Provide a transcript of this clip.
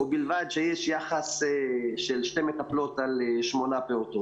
ובלבד שיש יחס של שתי מטפלות על שמונה פעוטות.